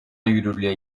yürürlüğe